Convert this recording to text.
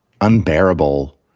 unbearable